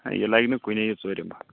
ہہ یہِ لَگہِ نہٕ کُنے یہِ ژوٗرِم اَکھ